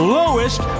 lowest